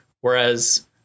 Whereas